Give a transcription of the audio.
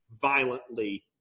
violently